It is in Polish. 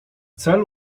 cel